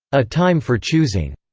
a time for choosing,